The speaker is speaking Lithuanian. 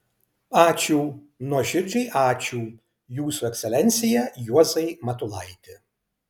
ačiū nuoširdžiai ačiū jūsų ekscelencija juozai matulaiti